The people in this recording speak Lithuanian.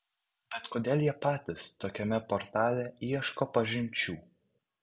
bet kodėl jie patys tokiame portale ieško pažinčių